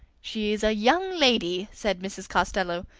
she is a young lady, said mrs. costello,